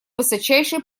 высочайший